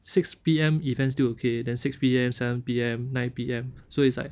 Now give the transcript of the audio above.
six P_M event still okay then six P_M seven P_M nine P_M so it's like